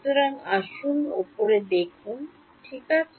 সুতরাং আসুন উপরে দেখুন ঠিক আছে